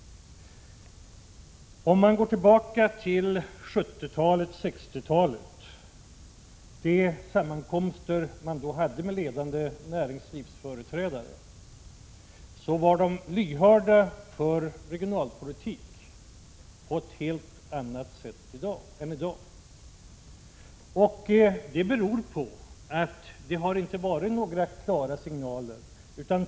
Om man går tillbaka till 70-talets och 60-talets sammankomster med ledande näringslivsföreträdare finner man att dessa var lyhörda för regionalpolitiken på ett helt annat sätt än i dag. Det beror på att det inte har varit några klara signaler.